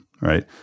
Right